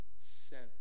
sent